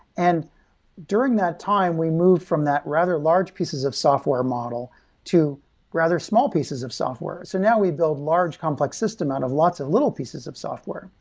and during that time, we moved from that rather large pieces of software model to rather small pieces of software. so now, we build large complex system out of lots of little pieces of software.